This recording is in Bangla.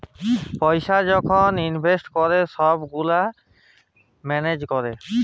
পইসা যখল ইলভেস্ট ক্যরে ছব গুলা ম্যালেজ ক্যরে